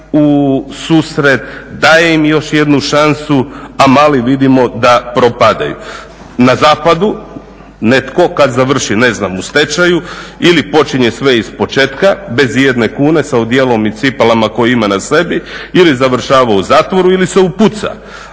u susret, daje im još jednu šansu, a mali vidimo da propadaju. Na zapadu netko kad završi ne znam u stečaju ili počinje sve ispočetka bez ijedne kune sa odijelom i cipelama koje ima na sebi ili završava u zatvoru ili se upuca,